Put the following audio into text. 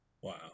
Wow